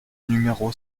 numéro